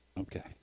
Okay